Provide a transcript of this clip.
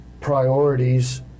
priorities